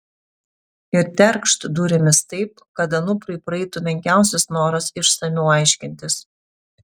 ir terkšt durimis taip kad anuprui praeitų menkiausias noras išsamiau aiškintis